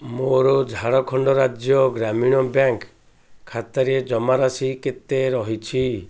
ମୋର ଝାଡ଼ଖଣ୍ଡ ରାଜ୍ୟ ଗ୍ରାମୀଣ ବ୍ୟାଙ୍କ୍ ଖାତାରେ ଜମାରାଶି କେତେ ରହିଛି